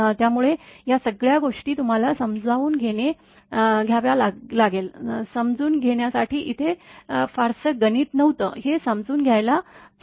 त्यामुळे या सगळ्या गोष्टी तुम्हाला समजून घ्यावा लागेल समजून घेण्यासाठी इथे फारसं गणित नव्हतं हे समजून घ्यायला चला